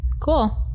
cool